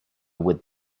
would